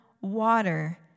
water